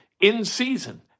in-season